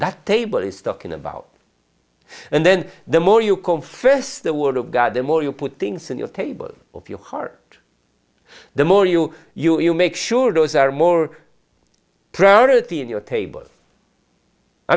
that table is talking about and then the more you confess the word of god the more you put things in your table of your heart the more you you you make sure those are more priority in your table i